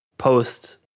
Post